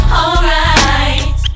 alright